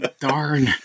Darn